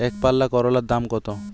একপাল্লা করলার দাম কত?